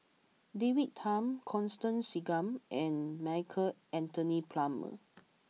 David Tham Constance Singam and Michael Anthony Palmer